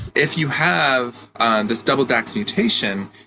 if you have and this double dax mutation,